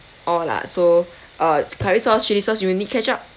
all lah so uh curry sauce chilli sauce you need ketchup